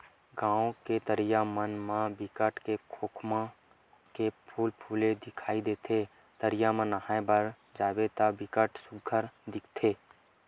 गाँव के तरिया मन म बिकट के खोखमा के फूल फूले दिखई देथे, तरिया म नहाय बर जाबे त बिकट सुग्घर दिखथे